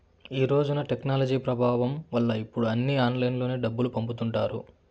ఈ రోజున టెక్నాలజీ ప్రభావం వల్ల ఇప్పుడు అన్నీ ఆన్లైన్లోనే డబ్బులు పంపుతుంటారు